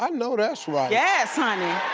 i know that's right. yes honey.